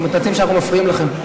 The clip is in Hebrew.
אנחנו מתנצלים שאנחנו מפריעים לכם.